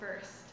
first